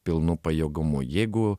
pilnu pajėgumu jeigu